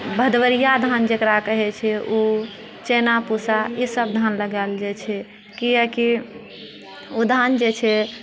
भदवरिया धान जकरा कहैत छै ओ चाइना पुसा ईसभ धान लगायल जाइत छै किआकि ओ धान जे छै